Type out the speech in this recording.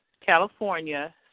California